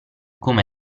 come